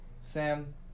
Sam